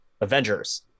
avengers